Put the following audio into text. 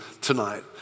tonight